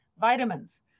vitamins